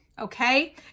Okay